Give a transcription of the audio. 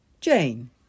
Jane